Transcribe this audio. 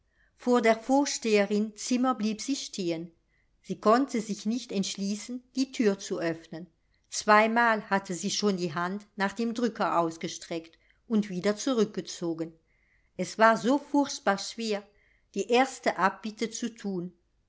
vor der vorsteherin zimmer blieb sie stehen sie konnte sich nicht entschließen die thür zu öffnen zweimal hatte sie schon die hand nach dem drücker ausgestreckt und wieder zurückgezogen es war so furchtbar schwer die erste abbitte zu thun